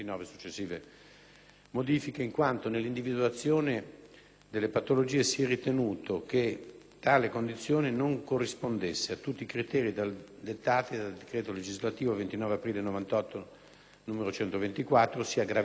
modifiche, in quanto nella individuazione delle patologie si è ritenuto che tale condizione non rispondesse a tutti i criteri dettati dal decreto legislativo 29 aprile 1998, n. 124, ossia gravità clinica,